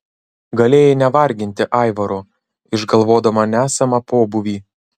galėjai nevarginti aivaro išgalvodama nesamą pobūvį